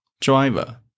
Driver